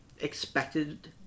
expected